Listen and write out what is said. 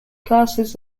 classes